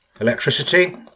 electricity